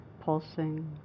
pulsing